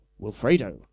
Wilfredo